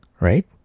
Right